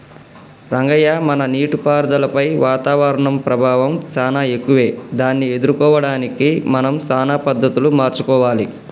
రంగయ్య మన నీటిపారుదలపై వాతావరణం ప్రభావం సానా ఎక్కువే దాన్ని ఎదుర్కోవడానికి మనం సానా పద్ధతులు మార్చుకోవాలి